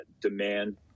demand